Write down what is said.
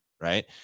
right